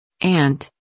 Ant